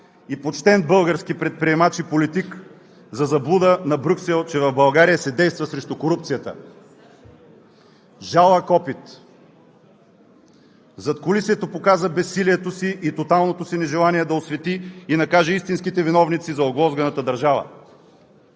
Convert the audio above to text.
и почтен български предприемач и политик за заблуда на Брюксел, че в България се действа срещу корупцията. Жалък опит! Задкулисието показа безсилието си и тоталното си нежелание да освети и накаже истинските виновници за оглозганата държава.